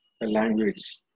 language